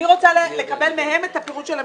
אני רוצה לקבל מהם את הפירוט של המכרזים.